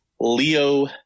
leo